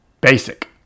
basic